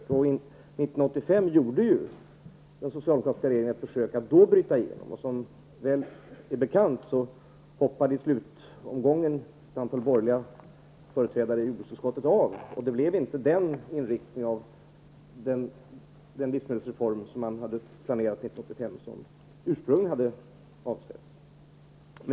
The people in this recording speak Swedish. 1985 gjorde den socialdemokratiska regeringen ett försöka att bryta in, men såsom är väl bekant hoppade i slutomgången ett antal borgerliga företrädare i jordbruksutskottet av, och det blev inte den inriktning av en livsmedelsreform 1985 som ursprungligen hade avsetts.